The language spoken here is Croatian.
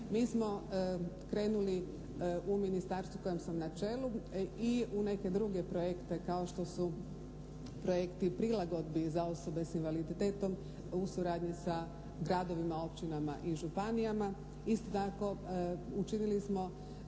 Mi smo krenuli u ministarstvu kojem sam na čelu i u neke druge projekte kao što su projekti prilagodbi i za osobe s invaliditetom u suradnji sa gradovima, općinama i županijama. Isto tako učinili smo